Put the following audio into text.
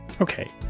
Okay